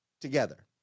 together